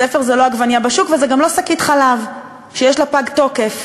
ספר זה לא עגבנייה בשוק וזה גם לא שקית חלב שיש לה "פג תוקף".